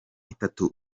itatu